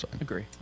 agree